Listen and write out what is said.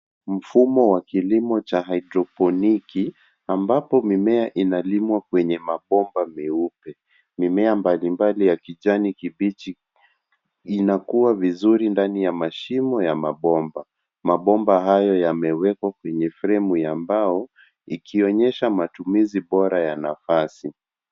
Mfumo wa kilimo cha haidroponiki ambapo mimea inalimwa kwenye mabomba meupe. Mimea mbalimbali ya kijani kibichi inakua vizuri ndani ya mashimo ya mabomba. Mabomba hayo yamewekwa kwenye fremu ya mbao ikionyesha matumizi bora ya nafasi.